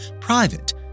private